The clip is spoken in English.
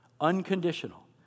unconditional